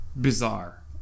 bizarre